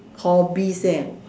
hobbies eh